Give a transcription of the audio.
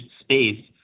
space